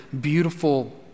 beautiful